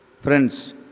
Friends